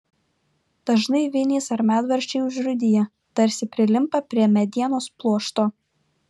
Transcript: dažnai vinys ar medvaržčiai užrūdiję tarsi prilimpa prie medienos pluošto